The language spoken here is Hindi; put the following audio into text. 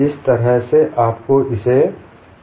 इस तरह से आपको इसे देखना होगा